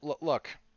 Look